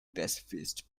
pacifist